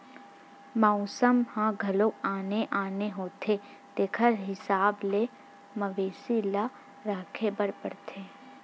मउसम ह घलो आने आने होथे तेखर हिसाब ले मवेशी ल राखे बर परथे